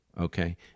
Okay